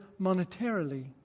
monetarily